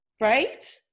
right